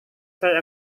saya